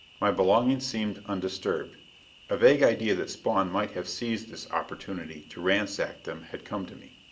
my belongings seemed undisturbed a vague idea that spawn might have seized this opportunity to ransack them had come to me.